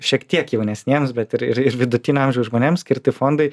šiek tiek jaunesniems bet ir ir vidutinio amžiaus žmonėms skirti fondai